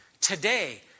Today